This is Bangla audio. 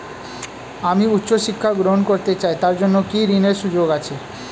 আমি উচ্চ শিক্ষা গ্রহণ করতে চাই তার জন্য কি ঋনের সুযোগ আছে?